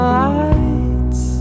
lights